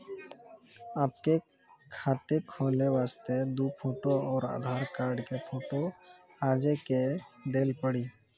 आपके खाते खोले वास्ते दु फोटो और आधार कार्ड के फोटो आजे के देल पड़ी?